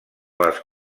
les